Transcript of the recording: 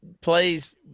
plays